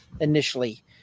initially